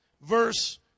verse